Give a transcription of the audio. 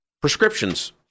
Prescriptions